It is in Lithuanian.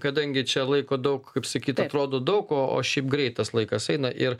kadangi čia laiko daug kaip sakyt atrodo daug o o šiaip greit tas laikas eina ir